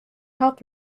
health